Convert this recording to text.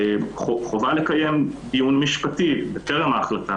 חובה לקיים דיון משפטי בטרם ההחלטה.